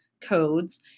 codes